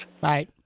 Bye